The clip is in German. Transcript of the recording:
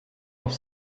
auf